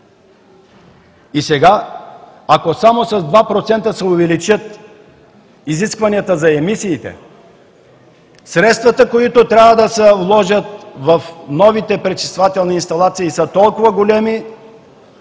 И сега, ако само с 2% се увеличат изискванията за емисиите, средствата, които трябва да се вложат в новите пречиствателни инсталации, са толкова големи,